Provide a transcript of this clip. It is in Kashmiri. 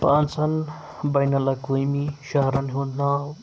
پانٛژن بین الاقوٲمی شہرَن ہُنٛد ناو